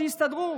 שיסתדרו.